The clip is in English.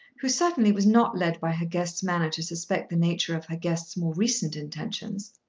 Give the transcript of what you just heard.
who certainly was not led by her guest's manner to suspect the nature of her guest's more recent intentions.